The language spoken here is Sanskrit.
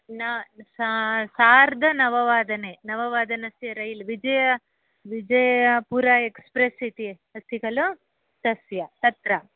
न सा सार्धनववादने नववादनस्य रैल् विजय विजयपुरा एक्स्प्रेस् इति अस्ति खलु तस्य तत्र